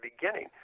beginning